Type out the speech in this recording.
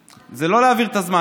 זה לא להעביר את הזמן.